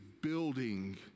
building